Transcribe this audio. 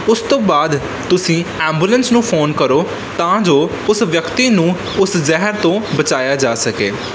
ਉਸ ਤੋਂ ਬਾਅਦ ਤੁਸੀਂ ਐਬੂਲੰਸ ਨੂੰ ਫੋਨ ਕਰੋ ਤਾਂ ਜੋ ਉਸ ਵਿਅਕਤੀ ਨੂੰ ਉਸ ਜ਼ਹਿਰ ਤੋਂ ਬਚਾਇਆ ਜਾ ਸਕੇ